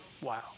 Wow